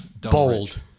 bold